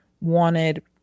wanted